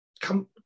come